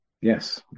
Yes